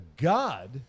God